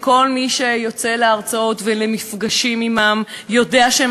כל מי שיוצא להרצאות ולמפגשים עמם יודע שהם